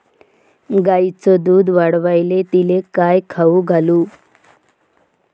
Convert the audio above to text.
गायीचं दुध वाढवायले तिले काय खाऊ घालू?